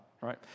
right